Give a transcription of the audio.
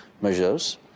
measures